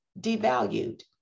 devalued